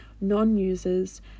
non-users